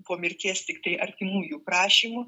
po mirties tiktai artimųjų prašymu